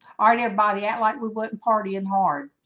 all right, everybody out like we went partying hard